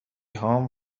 هام